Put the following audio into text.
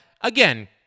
again